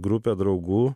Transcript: grupė draugų